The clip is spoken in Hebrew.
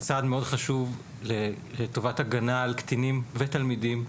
זה צעד מאוד חשוב לטובת הגנה על קטינים ותלמידים,